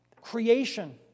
creation